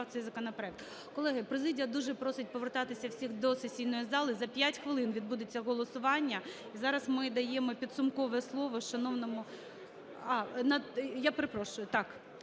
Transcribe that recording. Колеги, президія дуже просить повертатися всіх до сесійної зали. За 5 хвилин відбудеться голосування. І зараз ми даємо підсумкове слово шановному… Я перепрошую.